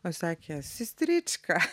o jis sakė sistrička